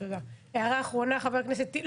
הערה אחרונה, חבר הכנסת טיבי.